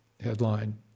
headline